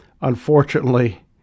unfortunately